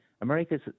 America's